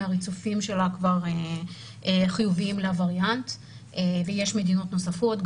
מהריצופים שלה כבר חיוביים לווריאנט ויש מדינות נוספות.